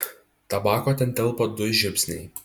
tabako ten telpa du žiupsniai